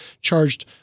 charged